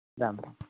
Ram Ram